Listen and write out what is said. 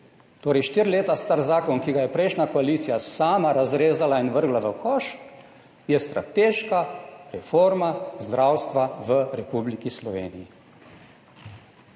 Torej štiri leta star zakon, ki ga je prejšnja koalicija sama razrezala in vrgla v koš, je strateška reforma zdravstva v Republiki Sloveniji.